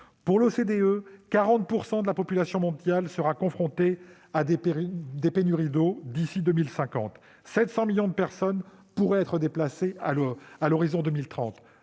Selon l'OCDE, 40 % de la population mondiale sera confrontée à des pénuries d'eau d'ici à 2050 et 700 millions de personnes pourraient être déplacées à l'horizon 2030